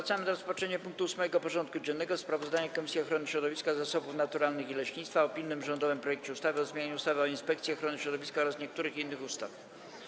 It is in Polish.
Powracamy do rozpatrzenia punktu 8. porządku dziennego: Sprawozdanie Komisji Ochrony Środowiska, Zasobów Naturalnych i Leśnictwa o pilnym rządowym projekcie ustawy o zmianie ustawy o Inspekcji Ochrony Środowiska oraz niektórych innych ustaw.